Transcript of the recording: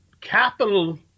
capital